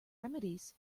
remedies